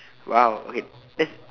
!wow! okay that's